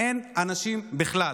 אין אנשים בכלל.